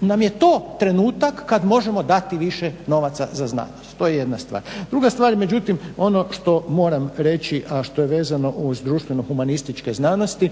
nam je to trenutak kad možemo dati više novaca za znanost. To je jedna stvar. Druga stvar, međutim ono što moram reći a što je vezano uz društveno humanističke znanosti.